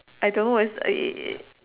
I don't know whether it's it it